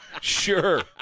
Sure